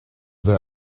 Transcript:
their